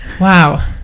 Wow